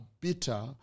bitter